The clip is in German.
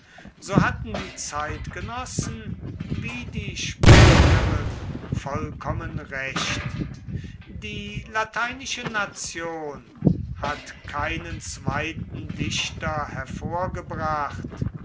so hatten die zeitgenossen wie die späteren vollkommen recht die lateinische nation hat keinen zweiten dichter hervorgebracht